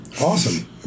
Awesome